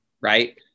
right